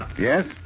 Yes